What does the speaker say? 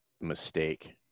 mistake